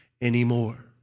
anymore